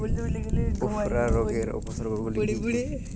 উফরা রোগের উপসর্গগুলি কি কি?